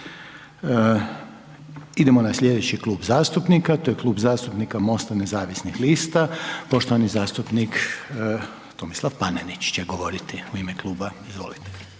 Idemo na slijedeći klub zastupnika, to je Klub zastupnika MOST-a nezavisnih lista, poštovani zastupnik Tomislav Panenić će govoriti u ime kluba, izvolite.